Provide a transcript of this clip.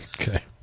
Okay